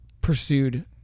pursued